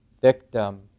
victim